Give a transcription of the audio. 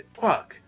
Fuck